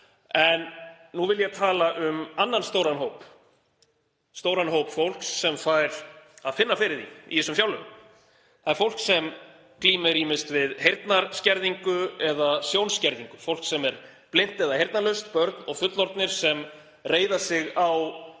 En nú vil ég tala um annan stóran hóp fólks sem fær að finna fyrir því í þessum fjárlögum. Það er fólk sem glímir ýmist við heyrnarskerðingu eða sjónskerðingu, fólk sem er blint eða heyrnarlaust, börn og fullorðnir sem reiða sig á opinbera